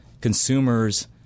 Consumers